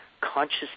conscious